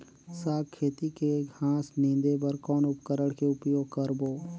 साग खेती के घास निंदे बर कौन उपकरण के उपयोग करबो?